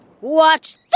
Watch